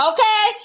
Okay